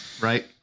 Right